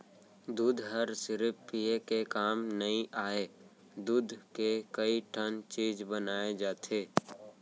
दूद हर सिरिफ पिये के काम नइ आय, दूद के कइ ठन चीज बनाए जाथे